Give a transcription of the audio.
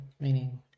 meaning